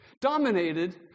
Dominated